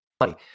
money